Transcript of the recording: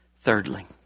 Thirdly